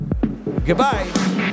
Goodbye